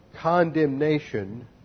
condemnation